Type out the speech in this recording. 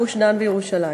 גוש-דן וירושלים.